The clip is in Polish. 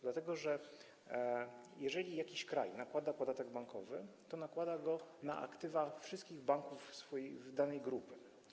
Dlatego że jeżeli jakiś kraj nakłada podatek bankowy, to nakłada go na aktywa wszystkich banków w danej grupie.